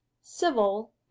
civil